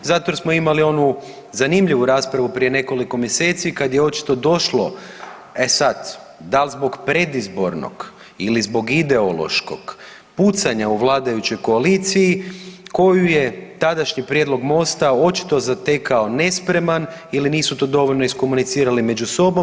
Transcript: Zato jer smo imali onu zanimljivu raspravu prije nekoliko mjeseci kad je očito došlo, e sad dal' zbog predizbornog ili zbog ideološkog pucanja u vladajućoj koaliciji koju je tadašnji prijedlog MOST-a očito zatekao nespreman ili nisu to dovoljno iskomunicirali među sobom.